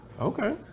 Okay